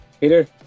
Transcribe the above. peter